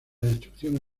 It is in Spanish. destrucción